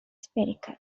spherical